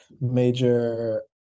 major